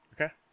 Okay